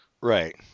Right